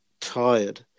tired